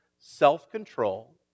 self-control